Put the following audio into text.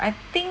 I think